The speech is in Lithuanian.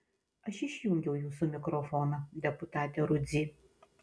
aš išjungiau jūsų mikrofoną deputate rudzy